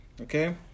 Okay